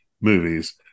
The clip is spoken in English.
movies